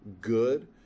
good